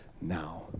now